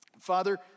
Father